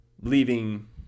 leaving